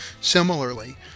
similarly